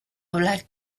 black